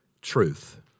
truth